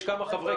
יש כמה חברי